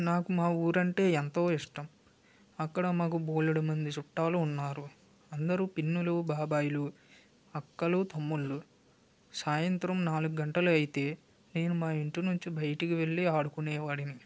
నాకు మా ఊరంటే ఎంతో ఇష్టం అక్కడ మాకు బోలెడు మంది చుట్టాలు ఉన్నారు అందరూ పిన్నులు బాబాయిలు అక్కలు తమ్ముళ్ళు సాయంత్రం నాలుగు గంటలు అయితే నేను మా ఇంటి నుంచి బయటికి వెళ్ళి ఆడుకునేవాడిని